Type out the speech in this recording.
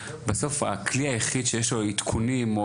וזה הכלי היחיד שיש לו לעדכונים,